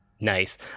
Nice